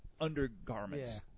undergarments